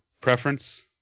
preference